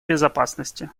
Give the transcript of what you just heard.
безопасности